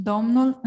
Domnul